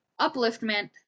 upliftment